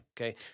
Okay